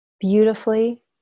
beautifully